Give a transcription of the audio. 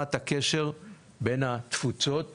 העצמת הקשר בין התפוצות